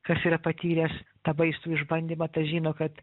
kas yra patyręs tą baisų išbandymą tas žino kad